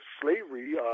slavery